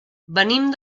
venim